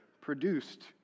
produced